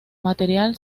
material